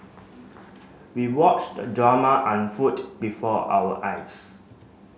we watched the drama unfold before our eyes